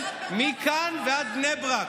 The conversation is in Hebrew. מכאן ועד בני ברק.